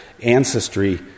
ancestry